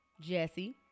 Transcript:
Jesse